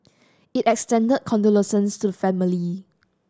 it extended condolences to the family